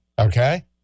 Okay